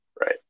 Right